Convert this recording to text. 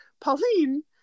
Pauline